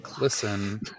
Listen